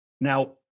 Now